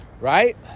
Right